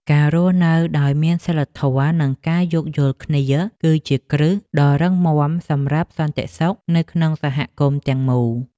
ការរស់នៅដោយមានសីលធម៌ និងការយោគយល់គ្នា គឺជាគ្រឹះដ៏រឹងមាំសម្រាប់សន្តិសុខនៅក្នុងសហគមន៍ទាំងមូល។